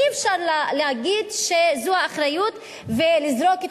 אי-אפשר להגיד שזו האחריות ולזרוק את